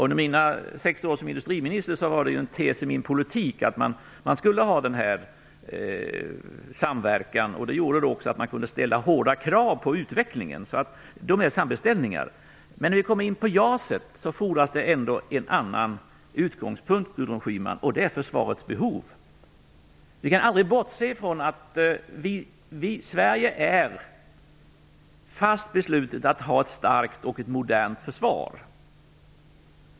Under mina sex år som industriminister var det en tes i min politik att denna samverkan skulle finnas. Det gjorde också att man kunde ställa hårda krav på utvecklingen. När vi kommer in på JAS fordras det ändå en annan utgångspunkt, Gudrun Schyman, och det är Försvarets behov. Vi kan aldrig bortse ifrån att vi i Sverige är fast beslutna att ha ett starkt och modernt försvar.